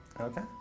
Okay